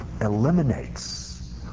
eliminates